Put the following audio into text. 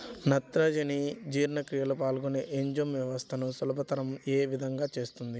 నత్రజని జీవక్రియలో పాల్గొనే ఎంజైమ్ వ్యవస్థలను సులభతరం ఏ విధముగా చేస్తుంది?